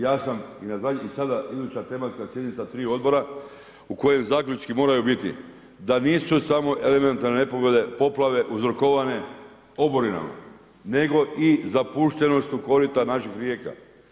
Ja sam i sada iduća tematska sjednica prije odbora, u kojem zaključci moraju biti, da nisu samo elementarne nepogode, poplava, uzrokovane oboranima, nego i zapuštenošću korita naših rijeka.